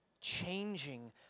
Changing